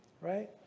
right